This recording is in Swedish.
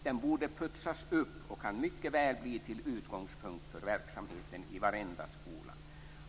Den borde putsas upp och kan mycket väl tas till utgångspunkt för verksamheten i varenda skola.